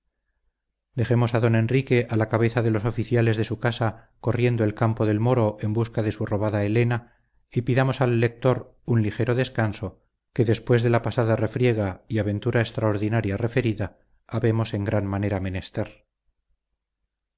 dejemos a don enrique a la cabeza de los ofíciales de su casa corriendo el campo del moro en busca de su robada elena y pidamos al lector un ligero descanso que después de la pasada refriega y aventura extraordinaria referida habemos en gran manera menester